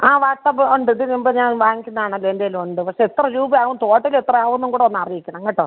ആ വാട്ട്സപ്പ് ഉണ്ട് ഇതിന് മുമ്പ് ഞാൻ വാങ്ങിക്കുന്നത് ആണല്ലോ എൻ്റെ കയ്യിൽ ഉണ്ട് പക്ഷേ എത്ര രൂപയാവും ടോട്ടൽ എത്രയാവും എന്നുംകൂടെ ഒന്ന് അറിയിക്കണം കേട്ടോ